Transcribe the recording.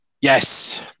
Yes